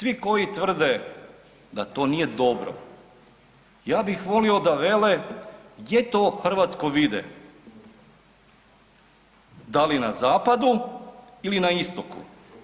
Svi koji tvrde da to nije dobro ja bih volio da vele gdje to Hrvatsku vide da li na zapadu ili na istoku?